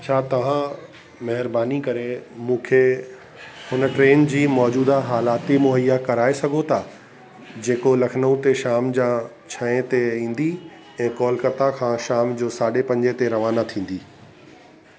छा तव्हां महिरबानी करे मूंखे हुन ट्रेन जी मौजूदा हालति मुहइया करे सघो था जेको लखनऊ ते शाम जा छहे ते ईंदी ऐं कोलकता खां शाम जा साढ़े पंजे ते रवाना थींदी